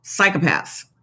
psychopaths